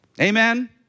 Amen